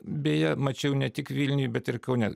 beje mačiau ne tik vilniuje bet ir kaune